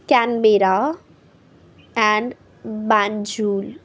Canberra and Banjul